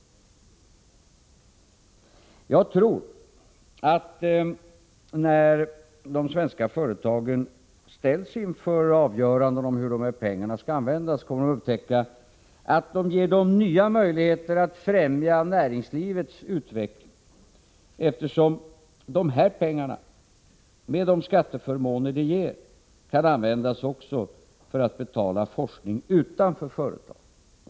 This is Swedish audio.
Jag tror, att när de svenska företagen ställs inför avgörandet om hur de här pengarna skall användas, kommer man att upptäcka att de ger företagen nya möjligheter att främja näringslivets uveckling, eftersom de här pengarna, med de skatteförmåner de ger, kan användas också för att betala forskning utanför företaget.